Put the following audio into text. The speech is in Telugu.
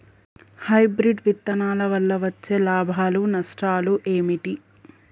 హైబ్రిడ్ విత్తనాల వల్ల వచ్చే లాభాలు నష్టాలు ఏమిటి?